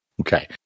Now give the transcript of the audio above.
Okay